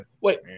Wait